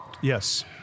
Yes